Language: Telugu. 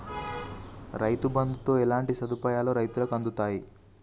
రైతు బంధుతో ఎట్లాంటి సదుపాయాలు రైతులకి అందుతయి?